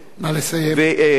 נא לסיים.